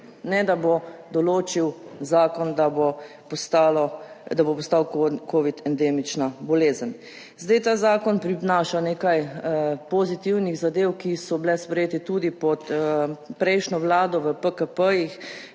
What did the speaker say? ne da bo določil zakon, da bo postal Covid endemična bolezen. Ta zakon prinaša nekaj pozitivnih zadev, ki so bile sprejete tudi pod prejšnjo Vlado v PKP-jih,